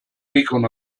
beacon